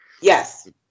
Yes